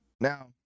now